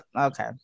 okay